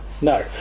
No